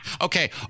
Okay